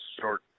short